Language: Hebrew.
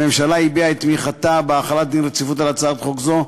הממשלה הביעה את תמיכתה בהחלת דין רציפות על הצעת חוק זו,